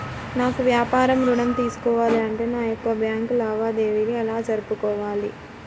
నాకు వ్యాపారం ఋణం తీసుకోవాలి అంటే నా యొక్క బ్యాంకు లావాదేవీలు ఎలా జరుపుకోవాలి?